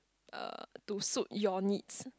uh to suit your needs